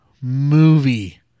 movie